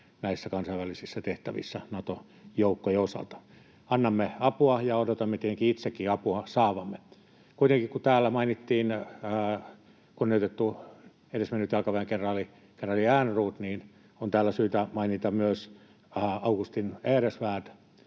näissä kansainvälisissä tehtävissä Nato-joukkojen osalta. Annamme apua ja odotamme tietenkin itsekin apua saavamme. Kuitenkin, kun täällä mainittiin kunnioitettu, edesmennyt jalkaväenkenraali Ehrnrooth, on syytä mainita myös Augustin Ehrensvärd.